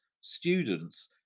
students